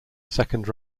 second